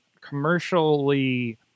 commercially